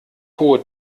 hohe